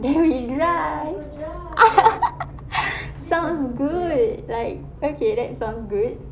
there he drive sounds good like okay that sounds good